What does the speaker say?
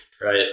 right